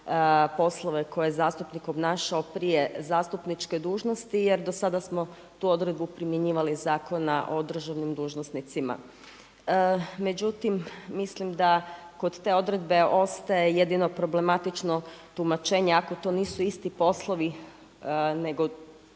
poslove koje je zastupnik obnašao prije zastupničke dužnosti jer do sada smo tu odredbu primjenjivali iz Zakona o državnim dužnosnicima. Međutim, mislim da kod te odredbe ostaje jedino problematično tumačenje ako to nisu isti poslovi nego